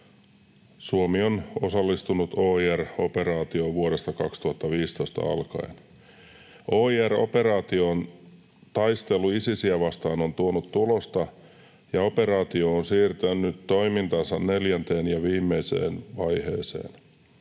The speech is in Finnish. Suomi on osallistunut OIR-operaatioon vuodesta 2015 alkaen. OIR-operaation taistelu Isisiä vastaan on tuonut tulosta, ja operaatio on siirtänyt toimintansa neljänteen ja viimeiseen vaiheeseen.